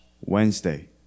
Wednesday